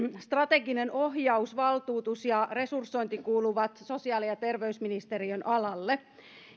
strateginen ohjaus valtuutus ja resursointi kuuluvat sosiaali ja terveysministeriön alalle